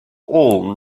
all